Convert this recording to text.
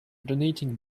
donating